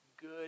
Good